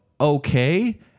okay